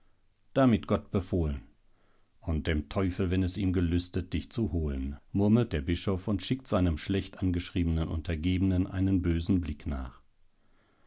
damit gott befohlen und dem teufel wenn es ihm gelüstet dich zu holen murmelt der bischof und schickt seinem schlecht angeschriebenen untergebenen einen bösen blick nach